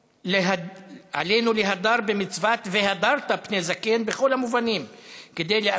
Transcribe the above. עלינו להדר במצוות "והדרת פני זקן" בכל המובנים,